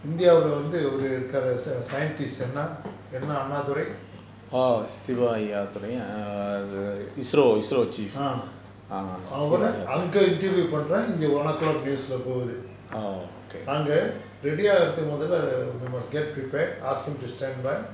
india leh வந்து ஒருத்தர் இருக்காரு:vanthu oruthar irukaru scientist என்னா என்னா:ennaa ennaa annaathurai ah அவர அங்க:avara anga interview பண்றேன் இங்க:panraen inga one O'clock news leh போகுது அங்க:poguthu anga ready ஆகுரதுக்கு முதல்ல:aagurathuku muthalla we must get prepared ask him to standby